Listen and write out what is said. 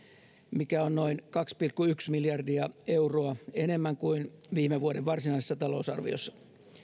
mikä on noin kaksi pilkku yksi miljardia euroa enemmän kuin viime vuoden varsinaisessa talousarviossa